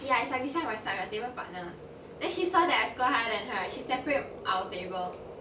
ya it's like we side by side like table partners then she saw that I score higher than her right she separated our table